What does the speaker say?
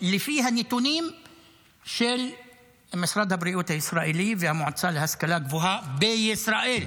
לפי הנתונים של משרד הבריאות הישראלי והמועצה להשכלה גבוהה בישראל,